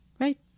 right